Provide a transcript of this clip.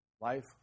Life